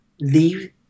leave